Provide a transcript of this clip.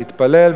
התפלל,